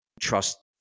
trust